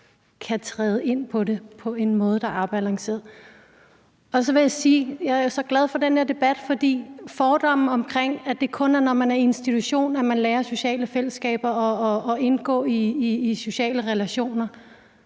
kan træde ind på det på en måde, der er afbalanceret. Så vil jeg sige, at jeg er så glad for den her debat, for fordomme om, at det kun er, når man er i institution, at man lærer noget om sociale fællesskaber og at indgå i sociale relationer,